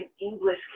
English